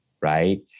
right